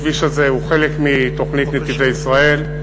הכביש הזה הוא חלק מתוכנית "נתיבי ישראל".